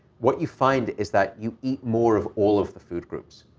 what you find is that you eat more of all of the food groups.